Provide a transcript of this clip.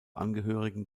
angehörigen